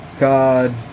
God